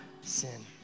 sin